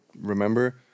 remember